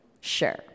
sure